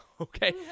Okay